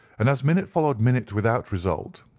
and as minute followed minute without result,